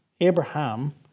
Abraham